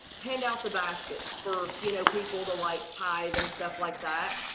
hand out the baskets for you know people to like tithe and stuff like that.